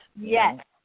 Yes